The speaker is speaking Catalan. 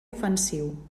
ofensiu